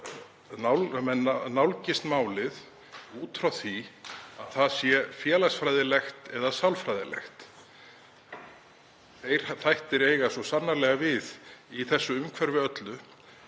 nálgist málið út frá því að það sé félagsfræðilegt eða sálfræðilegt. Þeir þættir eiga svo sannarlega við í þessu umhverfi öllu